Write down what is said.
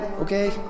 Okay